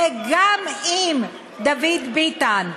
וגם אם, דוד ביטן,